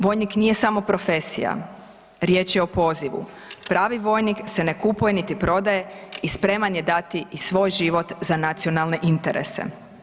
Vojnik nije samo profesija, riječ je o pozivu, pravi vojnik se niti kupuje niti prodaje i spreman je dati i svoj život za nacionalne interese.